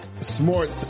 smart